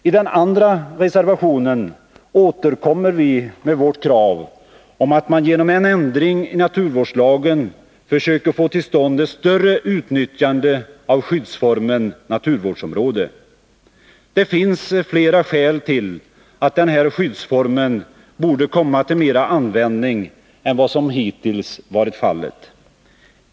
I den andra reservationen återkommer vi med vårt krav om att man genom en ändring i naturvårdslagen försöker få till stånd ett större utnyttjande av skyddsformen naturvårdsområde. Det finns flera skäl till att den här skyddsformen borde komma till mera användning än vad som hittills varit fallet.